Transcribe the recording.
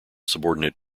subordinate